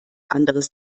anderes